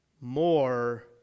more